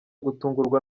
gutungurwa